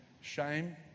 shame